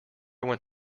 went